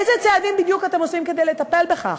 איזה צעדים בדיוק אתם עושים כדי לטפל בכך?